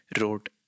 wrote